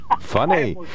Funny